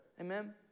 Amen